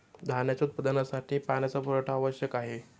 धान्याच्या उत्पादनासाठी पाण्याचा पुरवठा आवश्यक आहे